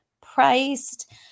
priced